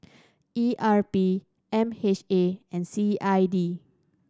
E R P M H A and C I D